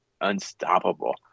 unstoppable